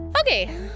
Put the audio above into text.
Okay